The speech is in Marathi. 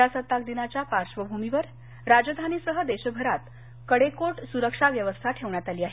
प्रजासत्ताक दिनाच्या पार्श्वभूमीवर राजधानीसह देशभरात कडेकोट सुरक्षा व्यवस्था ठेवण्यात आली आहे